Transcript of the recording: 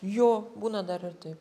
jo būna dar ir taip